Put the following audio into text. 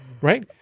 right